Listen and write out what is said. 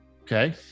Okay